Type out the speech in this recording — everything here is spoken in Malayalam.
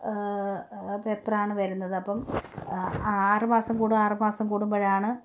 പേപ്പറാണ് വരുന്നത് അപ്പം ആറ് മാസം കൂടും ആറ് മാസം കൂടുമ്പോഴാണ്